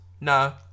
No